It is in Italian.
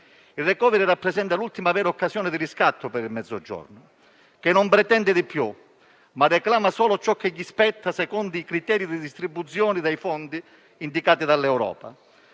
Il *recovery plan* rappresenta l'ultima vera occasione di riscatto per il Mezzogiorno, che non pretende di più, ma reclama solo ciò che gli spetta secondo i criteri di distribuzione dei fondi indicati dall'Europa.